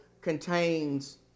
contains